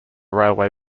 railway